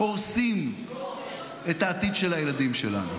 הורסים את העתיד של הילדים שלנו.